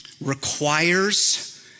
requires